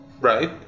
right